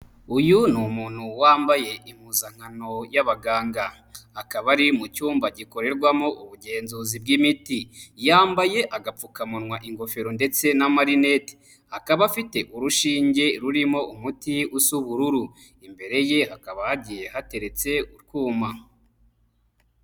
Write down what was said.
Uyu ni umuntu wambaye impuzankano y'abaganga. Akaba ari mu cyumba gikorerwamo ubugenzuzi bw'imiti. Yambaye agapfukamunwa ingofero ndetse n'amarinete. Akaba afite urushinge rurimo umuti usa ubururu. Imbere ye hakaba hagiye hateretse utwuma.